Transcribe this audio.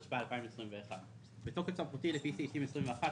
התשפ"א 2021 בתוקף סמכותי לפי סעיפים 21,